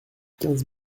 quinze